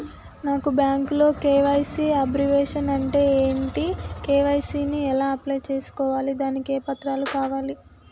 నాకు బ్యాంకులో KYC abbreviation అంటే ఏంటి కే.వై.సీ ని ఎలా అప్లై చేసుకోవాలి దానికి ఏ పత్రాలు కావాలి?